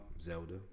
Zelda